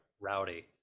rowdy